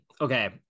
Okay